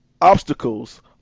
obstacles